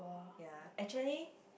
ya actually